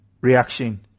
reaction